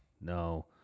No